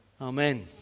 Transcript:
Amen